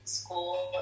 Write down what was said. school